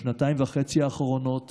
בשנתיים וחצי האחרונות